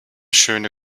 schöne